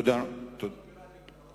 עוד שאלה.